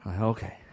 Okay